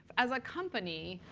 as a company,